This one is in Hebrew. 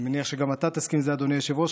אני מניח שגם אתה תסכים עם זה, אדוני היושב-ראש.